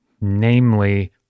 Namely